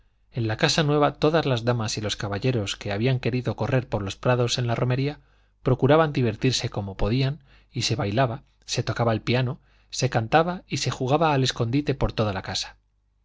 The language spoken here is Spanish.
en la casa nueva todas las damas y los caballeros que habían querido correr por los prados en la romería procuraban divertirse como podían y se bailaba se tocaba el piano se cantaba y se jugaba al escondite por toda la casa